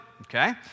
okay